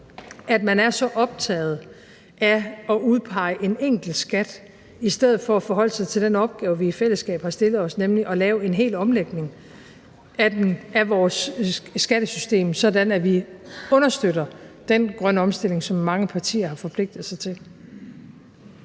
– er så optaget af at udpege en enkelt skat i stedet for at forholde sig til den opgave, vi i fællesskab har stillet os, nemlig at lave en hel omlægning af vores skattesystem, sådan at vi understøtter den grønne omstilling, som mange partier har forpligtet sig til.